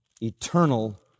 eternal